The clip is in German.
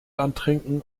antrinken